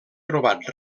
trobat